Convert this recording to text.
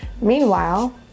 Meanwhile